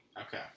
Okay